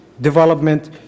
development